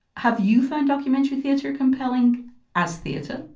have you found documentary theatre compelling as theatre?